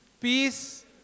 Peace